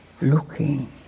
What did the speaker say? looking